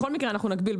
בכל מקרה אנחנו נגביל,